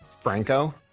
Franco